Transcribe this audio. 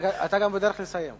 אתה גם בדרך לסיים.